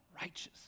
righteous